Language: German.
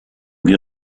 wir